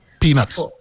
Peanuts